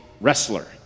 wrestler